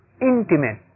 intimate